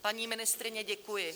Paní ministryně, děkuji.